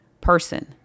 person